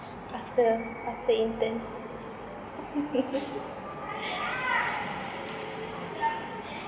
after after intern